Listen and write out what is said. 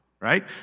right